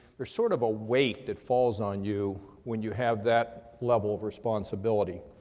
there's sort of a weight that falls on you when you have that level of responsibility.